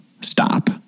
stop